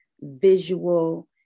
visual